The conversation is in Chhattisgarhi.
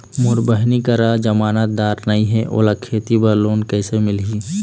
मोर बहिनी करा जमानतदार नई हे, ओला खेती बर लोन कइसे मिलही?